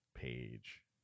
Page